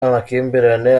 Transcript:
amakimbirane